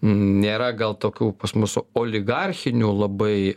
nėra gal tokių pas mus oligarchinių labai